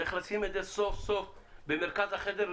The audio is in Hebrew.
צריך לשים את זה סוף סוף במרכז החדר,